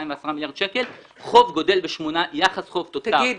החוב-תוצר גדל ב-18 --- תגיד,